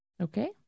Okay